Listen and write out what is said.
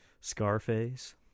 Scarface